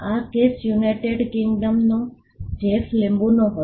આ case united કિંગડમનો Jeff લીંબુનો હતો